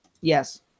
Yes